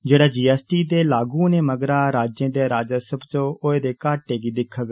जेहड़ा G S T दे लागू होन मगरा राज्ये दे राजस्व च होआ दे घाटे गी दिक्खग